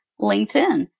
LinkedIn